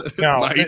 No